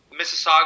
Mississauga